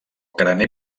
carener